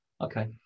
okay